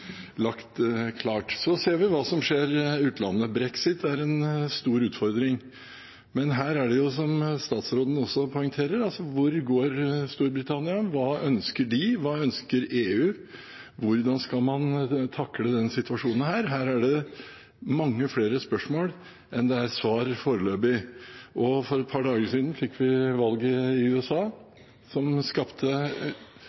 klart. Så ser vi hva som skjer i utlandet. Brexit er en stor utfordring. Men – som statsråden også poengterer: Hvor går Storbritannia? Hva ønsker de? Hva ønsker EU? Hvordan skal man takle denne situasjonen? Her er det mange flere spørsmål enn det foreløpig er svar. For et par dager siden fikk vi valget i USA,